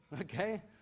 okay